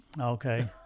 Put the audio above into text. Okay